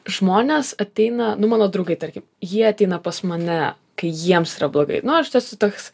žmonės ateina nu mano draugai tarkim jie ateina pas mane kai jiems yra blogai nu aš esu toks